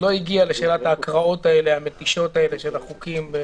לא הגיעה לשאלת ההקראות המתישות האלה של החוקים.